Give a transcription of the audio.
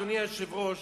אדוני היושב-ראש,